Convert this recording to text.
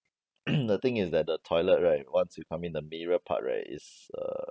the thing is that the toilet right once you come in the mirror part right is err